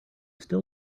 still